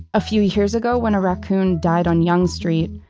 a few years ago, when a raccoon died on young street,